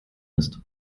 ist